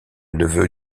neveu